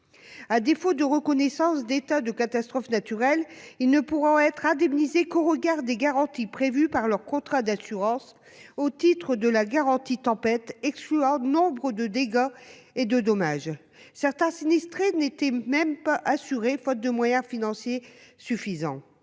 bénéficier du régime de l'état de catastrophe naturelle, ces derniers ne pourront être indemnisés qu'au regard des garanties prévues dans leur contrat d'assurance, au titre de la garantie tempête, dont nombre de dégâts et dommages sont exclus. Certains sinistrés n'étaient même pas assurés, faute de moyens financiers suffisants.